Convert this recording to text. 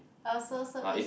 oh so so is